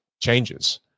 changes